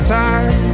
time